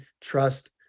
trust